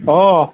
অঁ